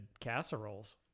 casseroles